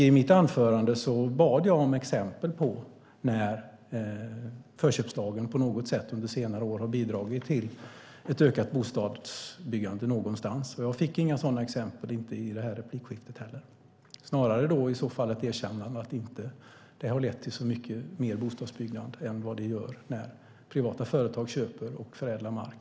I mitt anförande bad jag om exempel på när förköpslagen på något sätt under senare år har bidragit till ett ökat bostadsbyggande någonstans. Jag fick inga sådana exempel - inte i det här replikskiftet heller. Jag fick snarare ett erkännande av att det inte har lett till så mycket mer bostadsbyggande än när privata företag köper och förädlar mark.